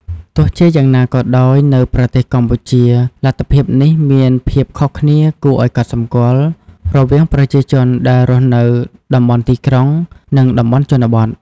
ទោះជាយ៉ាងណាក៏ដោយ នៅប្រទេសកម្ពុជា លទ្ធភាពនេះមានភាពខុសគ្នាគួរឱ្យកត់សំគាល់រវាងប្រជាជនដែលរស់នៅ តំបន់ទីក្រុង និង តំបន់ជនបទ។